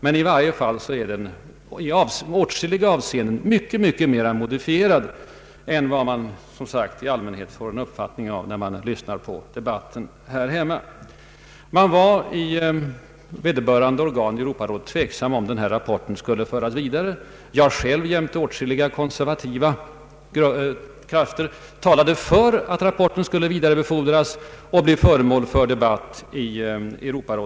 Men den är i åtskilliga avseenden mycket mer modifierad än den uppfattning av förhållandena som många här i landet har. Man var i vederbörande organ i Europarådet tveksam, om rapporten skulle debatteras i Europarådets rådgivande församling. Jag själv jämte åtskilliga konservativa krafter talade för att rapporten skulle vidarebefordras och bli föremål för debatt.